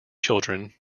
children